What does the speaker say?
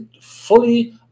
fully